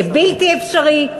זה בלתי אפשרי.